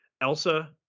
Elsa